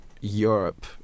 Europe